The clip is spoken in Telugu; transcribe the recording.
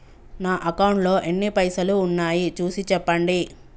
నా అకౌంట్లో ఎన్ని పైసలు ఉన్నాయి చూసి చెప్పండి?